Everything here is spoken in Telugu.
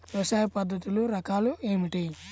వ్యవసాయ పద్ధతులు రకాలు ఏమిటి?